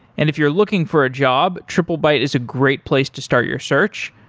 and if you're looking for a job, triplebyte is a great place to start your search,